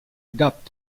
gap